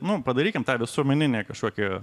nu padarykim tą visuomeninį kažkokį